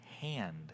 hand